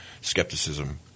skepticism